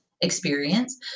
experience